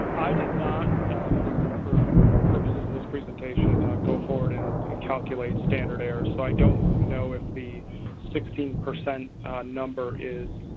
i did not for for purposes of this presentation ah go forward and and calculate standard errors. so i don't know if the sixteen percent number is